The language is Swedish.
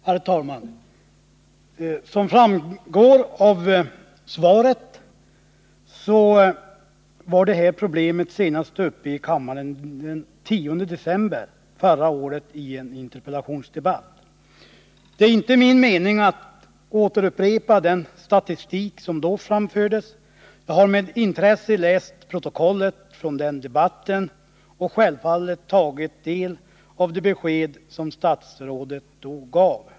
Herr talman! Som framgår av svaret behandlades detta problem i en interpellationsdebatt här i kammaren den 10 december förra året. Det är inte min mening att upprepa den statistik som då framfördes. Jag har med intresse läst protokollet från den debatten och självfallet tagit del av de besked som statsrådet då gav.